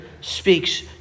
speaks